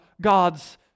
God's